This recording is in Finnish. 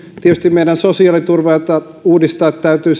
tietysti meidän sosiaaliturvamme jota täytyy